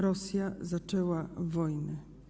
Rosja zaczęła wojnę.